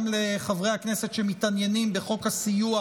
גם לחברי הכנסת שמתעניינים בחוק הסיוע